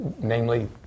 namely